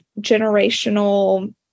generational